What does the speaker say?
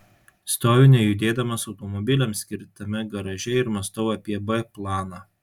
stoviu nejudėdamas automobiliams skirtame garaže ir mąstau apie b planą